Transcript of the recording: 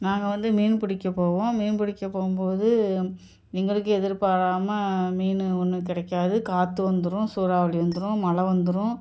நாங்கள் வந்து மீன் பிடிக்க போவோம் மீன் பிடிக்க போகும்போது எங்களுக்கு எதிர்பாராமல் மீன் ஒன்றும் கிடைக்காது காற்று வந்துடும் சூறாவளி வந்துடும் மழை வந்துடும்